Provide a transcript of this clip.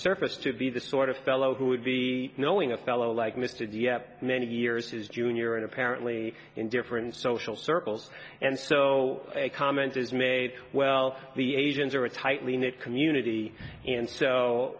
surface to be the sort of fellow who would be knowing a fellow like mits and yet many years his junior and apparently in different social circles and so a comment is made well the asians are a tightly knit community and so